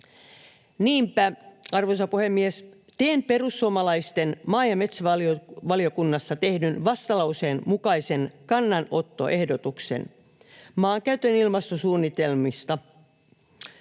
Niinpä, arvoisa puhemies, teen perussuomalaisten maa- ja metsätalousvaliokunnassa tehdyn vastalauseen mukaisen kannanottoehdotuksen maankäytön ilmastosuunnitelmista.